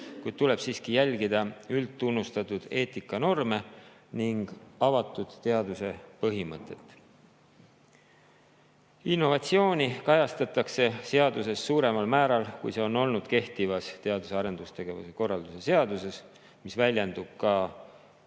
kuid tuleb siiski järgida üldtunnustatud eetikanorme ning avatud teaduse põhimõtet. Innovatsiooni kajastatakse seaduses suuremal määral, kui see on olnud kehtivas teadus- ja arendustegevuse korralduse seaduses. See väljendub ka seaduse